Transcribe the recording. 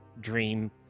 dream